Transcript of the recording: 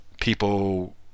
People